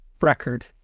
record